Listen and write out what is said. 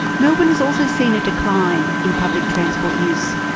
melbourne has also seen a decline in public transport use.